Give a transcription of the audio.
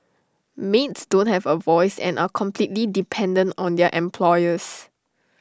maids don't have A voice and are completely dependent on their employers